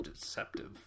deceptive